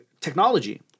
technology